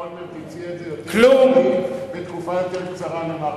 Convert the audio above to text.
ראש הממשלה אולמרט הציע את זה יותר פעמים בתקופה יותר קצרה למר נתניהו,